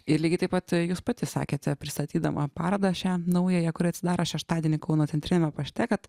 ir lygiai taip pat jūs pati sakėte pristatydama parodą šią naująją kuri atsidaro šeštadienį kauno centriniame pašte kad